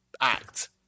act